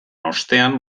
ostean